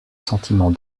sentiment